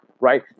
Right